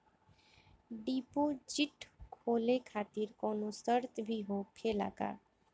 Deposit खोले खातिर कौनो शर्त भी होखेला का?